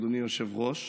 אדוני היושב-ראש,